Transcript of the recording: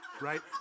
Right